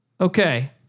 Okay